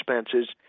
expenses